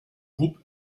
groupe